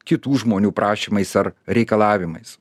kitų žmonių prašymais ar reikalavimais